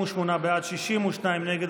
48 בעד, 62 נגד.